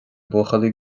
buachaillí